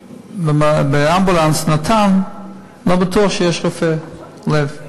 שבאמבולנס נט"ן לא בטוח שיש רופא לב.